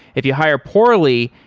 if you hire poorly,